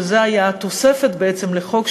וזו הייתה התוספת לחוק,